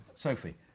Sophie